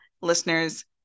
listeners